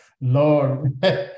Lord